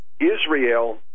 israel